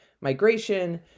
migration